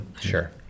sure